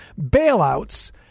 bailouts